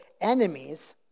enemies